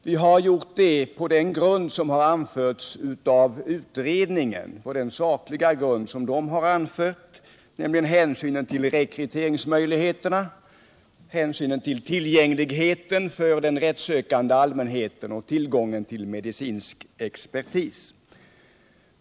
Vi har gjort det på den sakliga grund som anförts av utredningen, nämligen hänsynen till rekryteringsmöjligheterna, tillgängligheten för den rättssökande allmänheten och tillgången på medicinsk expertis.